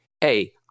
hey